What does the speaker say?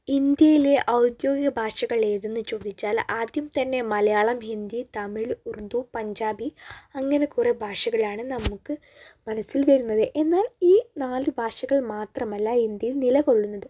ഇന്ത്യയിലെ ഔദ്യോധിക ഭാഷകളേതെന്ന് ചോദിച്ചാൽ ആദ്യം തന്നെ മലയാളം ഹിന്ദി തമിഴ് ഉറുദു പഞ്ചാബി അങ്ങിനെ കുറേ ഭാഷകളാണ് നമുക്ക് മനസ്സിൽ വരുന്നത് എന്നാൽ ഈ നാലു ഭാഷകൾ മാത്രമല്ല ഇന്ത്യയിൽ നിലകൊള്ളുന്നത്